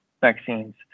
vaccines